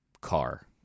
car